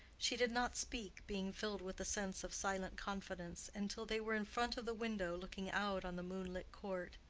she did not speak, being filled with the sense of silent confidence, until they were in front of the window looking out on the moonlit court.